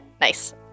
Nice